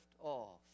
off